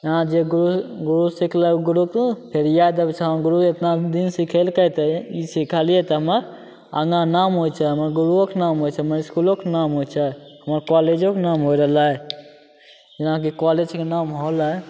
जेना जे गुरु गुरु सिखलक गुरुके फेर याद आबै छै हँ गुरु एतना दिन सिखेलकै तऽ ई सिखलिए तऽ हमर आगाँ नाम होइ छै हमर गुरुओके नाम होइ छै हमर इसकुलोके नाम होइ छै हमर कॉलेजोके नाम होइ रहलै जेनाकि कॉलेजके नाम होलै